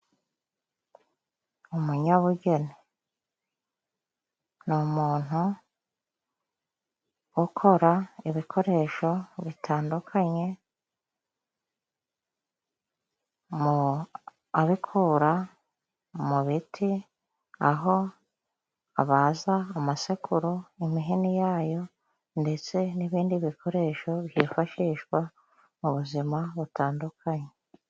Umunyabugeni ni umuntu ukora ibikoresho bitandukanye mu abikura mu biti ,aho abaza amasekuru, imihini yayo ndetse n'ibindi bikoresho byifashishwa mu buzima butandukanye.